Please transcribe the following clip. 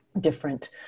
different